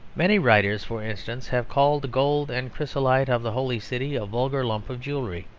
many writers, for instance, have called the gold and chrysolite of the holy city a vulgar lump of jewellery.